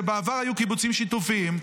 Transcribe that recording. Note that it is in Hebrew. בעבר היו קיבוצים שיתופיים,